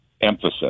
emphasis